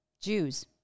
Jews